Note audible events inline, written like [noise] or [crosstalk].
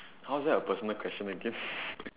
how's that a personal question again [laughs]